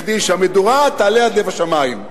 כדי שהמדורה תעלה עד לב השמים.